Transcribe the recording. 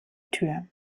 tür